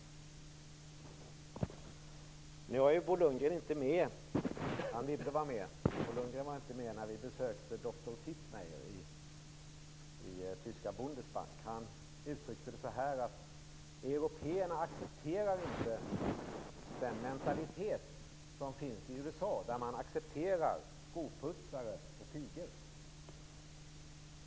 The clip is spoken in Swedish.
Bo Lundgren var inte med - Anne Wibble var med - när vi besökte doktor Tietmeyer i tyska Bundesbank. Han sade att européerna inte accepterar den mentalitet som finns i USA där man accepterar skoputsare och pigor.